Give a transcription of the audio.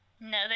No